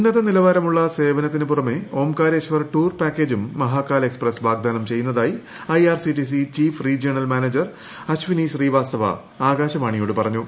ഉന്നത നിലവാരമുളള സേവനത്തിനു പുറമേ ഓംകാരേശ്വർ ടൂർ പാക്കേജും മഹാകാൽ എക്സ്പ്രസ് വാഗ്ദാനം ചെയ്യുന്നതായി I R C T C chief regional manager Ashwini Srivastava ആകാശവാണിയോട് പറഞ്ഞു